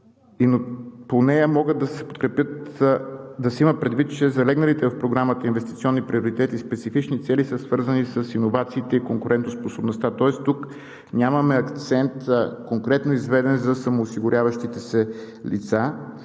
По нея да се има предвид, че залегналите в Програмата инвестиционни приоритети и специфични цели са свързани с иновациите и конкурентоспособността. Тоест тук нямаме акцент конкретно изведен за самоосигуряващите се лица,